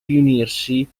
riunirsi